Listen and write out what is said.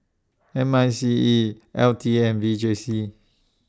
M I C E L T A and V J C